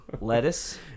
Lettuce